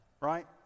right